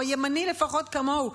הוא ימני לפחות כמונו,